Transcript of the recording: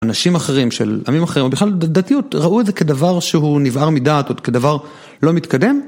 אנשים אחרים, של עמים אחרים, או בכלל דתיות, ראו את זה כדבר שהוא נבער מדעת, או כדבר לא מתקדם?